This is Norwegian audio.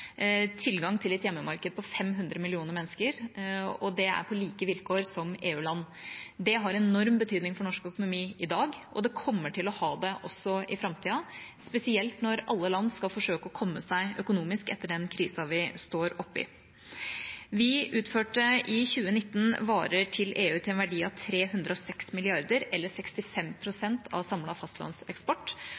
tilgang til et hjemmemarked på 500 millioner mennesker, og det er på like vilkår som EU-land. Det har enorm betydning for norsk økonomi i dag, og det kommer til å ha det også i framtida, spesielt når alle land skal forsøke å komme seg økonomisk etter den krisa vi står oppe i. Vi utførte i 2019 varer til EU til en verdi av 306 mrd. kr, eller 65 pst. av samlet fastlandseksport,